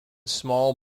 small